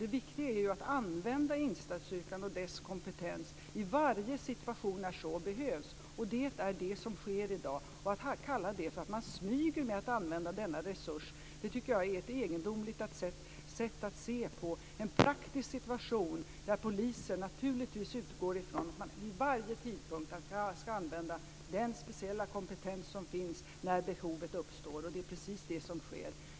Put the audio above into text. Det viktiga är ju att använda insatsstyrkan och dess kompetens i varje situation där så behövs. Det är det som sker i dag. Att kalla det för att man smyger med att använda denna resurs tycker jag är ett egendomligt sätt att se på en praktisk situation, där polisen naturligtvis vid varje tidpunkt utgår från att man skall använda den speciella kompetens som finns när behovet uppstår. Det är precis det som sker.